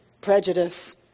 prejudice